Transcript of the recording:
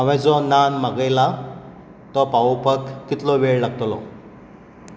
हांवें जो नान मागयला तो पावोपाक कितलो वेळ लागतलो